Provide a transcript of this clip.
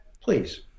please